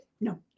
No